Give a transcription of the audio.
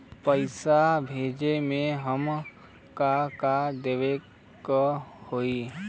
पैसा भेजे में हमे का का देवे के होई?